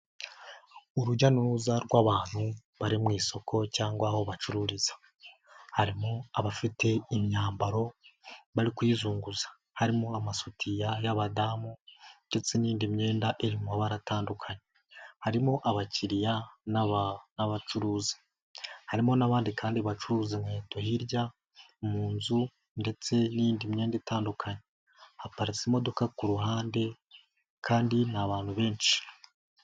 Urujya n'uruza rw'abantu bari mu isoko cyangwa aho bacururiza, harimo abafite imyambaro bari kuyizunguza harimo amasutiya y'abadamu ndetse n'iyinindi myenda irimo baratandukanye, harimo abakiriya n'abacuruzi, harimo n'abandi kandi bacuruza inkweto hirya, mu nzu ndetse n'iyindi myenda itandukanye, haparitse imodoka ku ruhande kandi ni abantu benshi.